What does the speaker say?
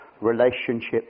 relationship